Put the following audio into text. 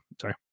Sorry